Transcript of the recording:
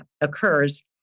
occurs